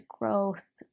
growth